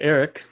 Eric